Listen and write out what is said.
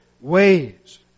ways